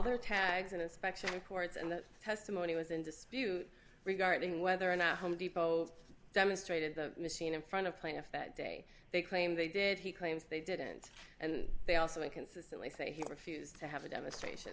their tags and inspection records and that testimony was in dispute regarding whether or not home depot demonstrated the machine in front of plaintiff that day they claim they did he claims they didn't and they also inconsistently say he refused to have a demonstration